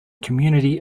community